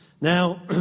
Now